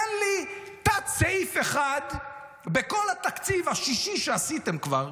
תן לי תת-סעיף אחד בכל התקציב השישי שעשיתם כבר,